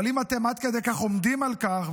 אבל אם אתם עד כדי כך עומדים על כך,